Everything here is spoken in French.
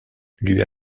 lui